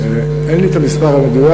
אין לי המספר המדויק.